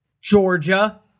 Georgia